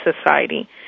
society